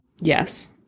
Yes